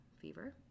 fever